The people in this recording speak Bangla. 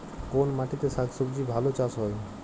কোন মাটিতে শাকসবজী ভালো চাষ হয়?